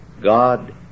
God